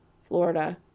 Florida